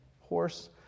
horse